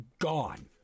gone